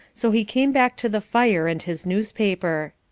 so he came back to the fire and his newspaper.